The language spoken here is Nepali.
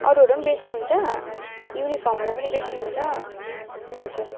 अरूहरू पनि बेच्नुहुन्छ युनिफर्महरू पनि बेच्नु हुन्छ हजुर